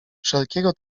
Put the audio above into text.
wszelkiego